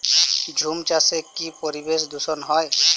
ঝুম চাষে কি পরিবেশ দূষন হয়?